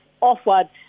offered